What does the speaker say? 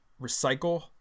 recycle